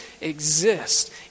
exist